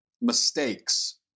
mistakes